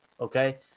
okay